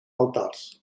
altars